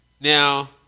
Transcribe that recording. Now